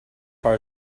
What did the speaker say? far